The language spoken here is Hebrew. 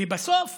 ובסוף